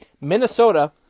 Minnesota